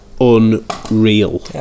unreal